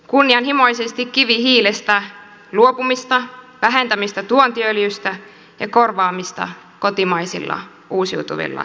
kunnianhimoisesti kivihiilestä luopumista vähentämistä tuontiöljystä ja korvaamista kotimaisilla uusiutuvilla energiamuodoilla